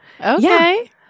Okay